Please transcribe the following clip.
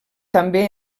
també